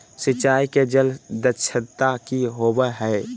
सिंचाई के जल दक्षता कि होवय हैय?